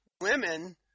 women